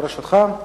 לסדר-היום מס' 2801,